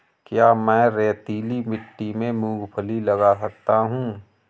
क्या मैं रेतीली मिट्टी में मूँगफली लगा सकता हूँ?